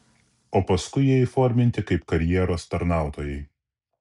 o paskui jie įforminti kaip karjeros tarnautojai